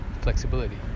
flexibility